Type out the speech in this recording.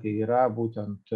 tai yra būtent